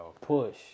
push